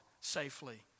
safely